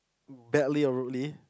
badly or rudely